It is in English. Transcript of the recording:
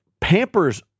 Pampers